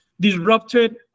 disrupted